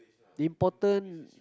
the important